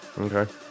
Okay